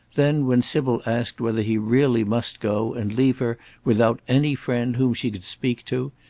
then when sybil asked whether he really must go and leave her without any friend whom she could speak to,